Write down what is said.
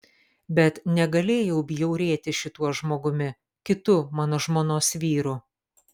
bet negalėjau bjaurėtis šituo žmogumi kitu mano žmonos vyru